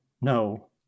no